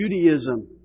Judaism